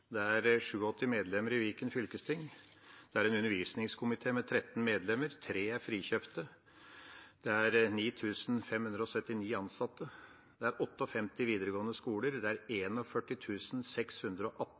Det er 87 medlemmer i Viken fylkesting. Det er en undervisningskomité med 13 medlemmer, 3 er frikjøpte. Det er 9 579 ansatte, det er 58 videregående skoler, det er